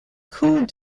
coût